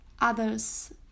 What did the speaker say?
others